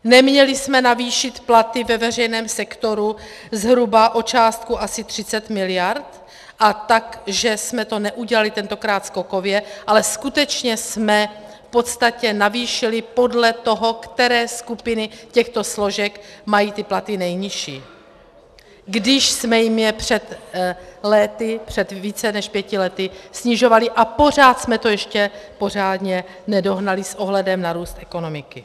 Neměli jsme navýšit platy ve veřejném sektoru zhruba o částku asi 30 mld. a tak, že jsme to tentokrát neudělali skokově, ale skutečně jsme v podstatě navýšili podle toho, které skupiny těchto složek mají ty platy nejnižší, když jsme jim je před lety, před více než pěti lety snižovali a pořád jsme to ještě pořádně nedohnali s ohledem na růst ekonomiky?